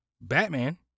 Batman